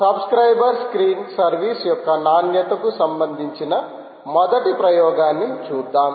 subscriber screen service యొక్క నాణ్యత కు సంబంధించిన మొదటి ప్రయోగాన్ని చూద్దాం